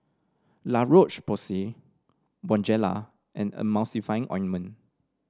La Roche Porsay Bonjela and Emulsying Ointment